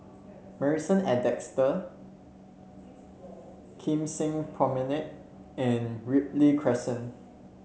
Marrison at Desker Kim Seng Promenade and Ripley Crescent